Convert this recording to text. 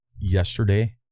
yesterday